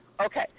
Okay